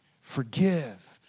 forgive